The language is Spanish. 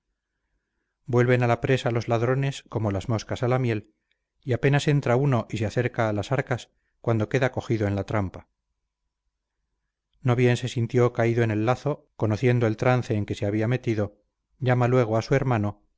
vuelven a la presa los ladrones como las moscas a la miel y apenas entra uno y se acerca a las arcas cuando queda cogido en la trampa no bien se sintió caído en el lazo conociendo el trance en que se había metido llama luego a su hermano